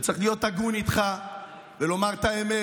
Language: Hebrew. וצריך להיות הגון איתך ולומר את האמת,